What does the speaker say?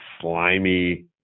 slimy